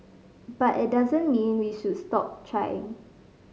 but it doesn't mean we should stop trying